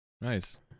nice